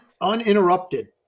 uninterrupted